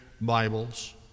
Bibles